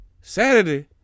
Saturday